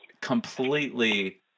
completely